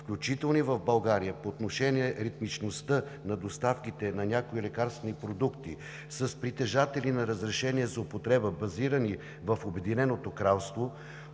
включително и в България, по отношение ритмичността на доставките на някои лекарствени продукти на притежатели на разрешение за употреба, базирани в Обединеното кралство,